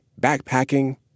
backpacking